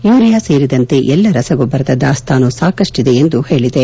urea ಸೇರಿದಂತೆ ಎಲ್ಲ ರಸಗೊಬ್ಲರದ ದಾಸ್ತಾನು ಸಾಕಷ್ಟಿದೆಯೆಂದು ಹೇಳಿದೆ